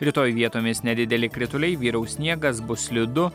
rytoj vietomis nedideli krituliai vyraus sniegas bus slidu